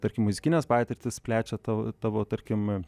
tarkim muzikinės patirtys plečia tau tavo tarkim